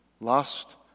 Lust